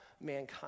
mankind